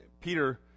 peter